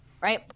right